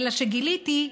אלא שגיליתי,